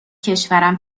کشورم